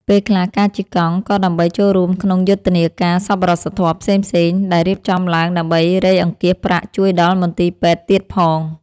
ពេលខ្លះការជិះកង់ ក៏ដើម្បីចូលរួមក្នុងយុទ្ធនាការសប្បុរសធម៌ផ្សេងៗ ដែលរៀបចំឡើងដើម្បីរៃអង្គាសប្រាក់ជួយដល់មន្ទីរពេទ្យទៀតផង។